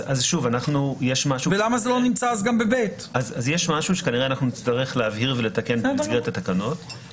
יש משהו שאנחנו כנראה נצטרך להבהיר ולתקן במסגרת התקנות.